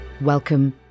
Welcome